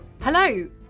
Hello